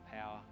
power